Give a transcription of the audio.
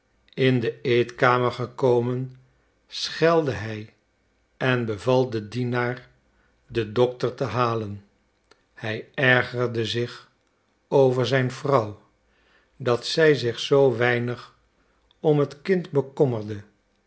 in de eetkamer gekomen schelde hij en beval den dienaar den dokter te halen hij ergerde zich over zijn vrouw dat zij zich zoo weinig om het kind bekommerde